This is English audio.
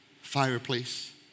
fireplace